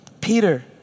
Peter